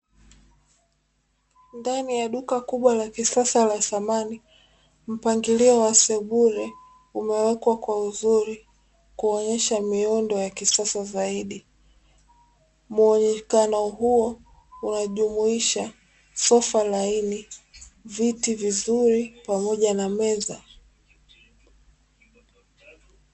Ndani ya duka kubwa la kisasa la samani, mpangilio wa sebule uliowekwa kwa uzuri, kuonyesha miundo ya kisasa zaidi. Muonekano huo unajumuisha sofa laini, viti vizuri pamoja na meza.